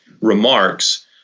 remarks